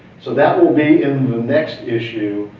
so that will be in the next issue.